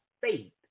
faith